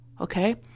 okay